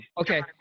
okay